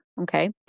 Okay